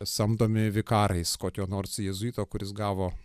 samdomi vikarais kokio nors jėzuito kuris gavo